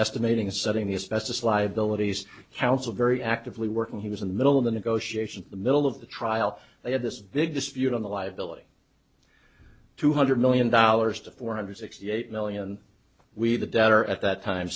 liabilities counsel very actively working he was in the middle of the negotiation the middle of the trial they had this big dispute on the liability two hundred million dollars to four hundred sixty eight million we the debtor at that time